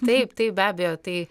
taip taip be abejo tai